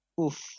Oof